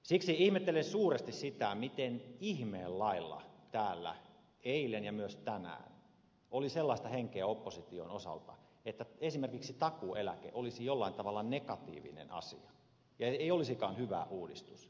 siksi ihmettelen suuresti sitä miten ihmeessä täällä eilen ja myös tänään oli sellaista henkeä opposition osalta että esimerkiksi takuueläke olisi jollain tavalla negatiivinen asia ja ei olisikaan hyvä uudistus